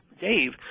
Dave